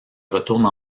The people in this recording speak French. retourne